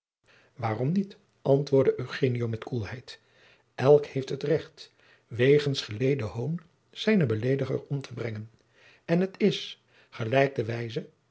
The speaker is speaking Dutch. waarom niet antwoordde eugenio met koelheid elk heeft het recht wegens geleden hoon zijnen belediger om te brengen en het is gelijk de wijze